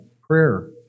prayer